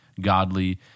godly